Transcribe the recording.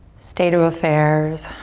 state of affairs.